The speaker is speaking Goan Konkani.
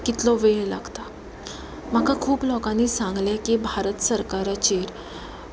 कितलो वेळ लागता म्हाका खूब लोकांनी सांगलें की भारत सरकाराचेर